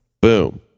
Boom